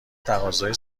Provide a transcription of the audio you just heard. تقاضای